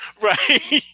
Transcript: Right